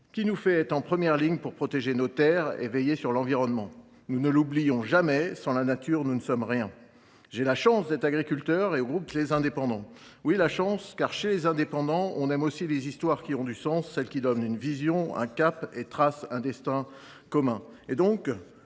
qui nous fait être en première ligne pour protéger nos terres et veiller sur l’environnement. Ne l’oublions jamais : sans la nature, nous ne sommes rien. J’ai la chance d’être agriculteur et membre du groupe Les Indépendants – République et Territoires, où l’on aime les histoires qui ont du sens, celles qui donnent une vision, un cap, et tracent un destin commun.